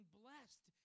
blessed